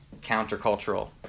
countercultural